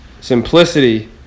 Simplicity